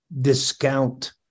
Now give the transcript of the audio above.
discount